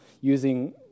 using